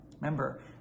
Remember